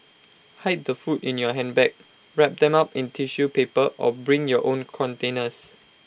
hide the food in your handbag wrap them up in tissue paper or bring your own containers